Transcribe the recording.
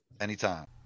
Anytime